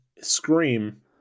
Scream